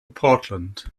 portland